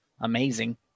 amazing